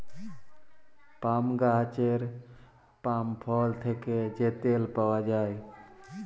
পাম গাহাচের পাম ফল থ্যাকে যে তেল পাউয়া যায়